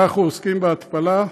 אנחנו עוסקים בהתפלה.